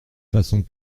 façons